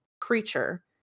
creature